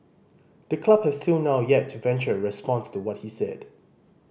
the club has till now yet to venture a response to what he said